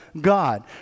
God